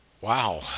Wow